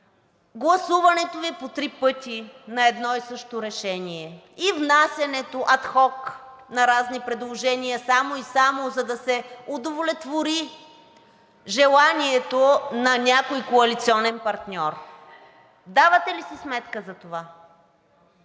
гласуването Ви по три пъти на едно и също решение, и внасянето ад хок на разни предложения, само и само да се удовлетвори желанието на някой коалиционен партньор. Давате ли си сметка за това?